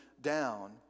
down